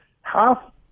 half